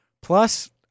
Plus